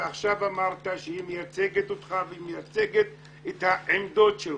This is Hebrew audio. ועכשיו אמרת שהיא מייצגת אותך ומייצגת את העמדות שלך,